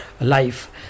life